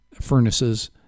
furnaces